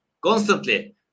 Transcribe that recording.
constantly